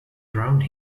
around